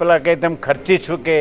પેલા કે તેમ ખર્ચી શકે